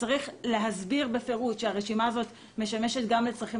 שצריך להסביר בפירוש שהרשימה הזאת משמשת גם לצרכים